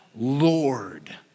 Lord